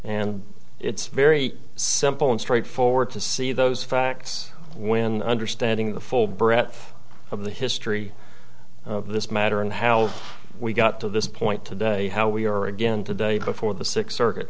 and it's very simple and straightforward to see those facts when understanding the full breadth of the history of this matter and how we got to this point today how we are again today before the six circuit